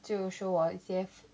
就 show 我一些